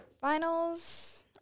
Finals